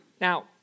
Now